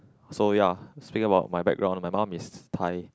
so ya speaking about my background my mum is Thai